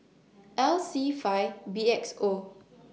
L C five B X O